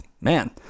man